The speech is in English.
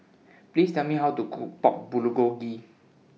Please Tell Me How to Cook Pork Bulgogi